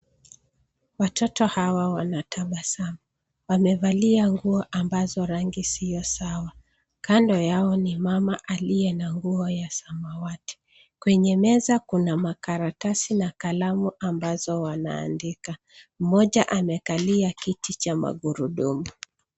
Watoto hawa wanatabasamu. Wamevalia nguo ambazo rangi sio sawa. Kando yao ni mama aliye na nguo ya samawati. Kwenye meza kuna makaratasi na kalamu ambazo wanaandika. Mmoja amekalia kiti cha magurudumu.